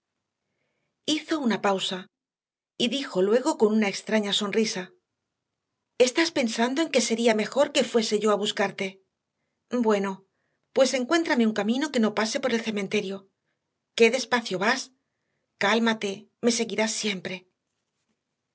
hizo una pausa y dijo luego con una extraña sonrisa estás pensando en que sería mejor que fuese yo a buscarte bueno pues encuéntrame un camino que no pase por el cementerio qué despacio vas cálmate me seguirás siempre